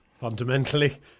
fundamentally